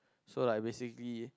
so like basically